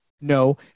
No